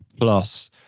plus